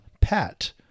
pat